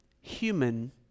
human